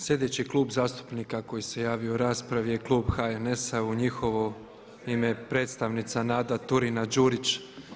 Sljedeći Klub zastupnika koji se javio u raspravi je klub HNS-a i u njihovo ime predstavnica Nada Turina-Đurić.